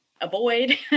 avoid